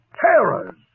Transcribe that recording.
terrors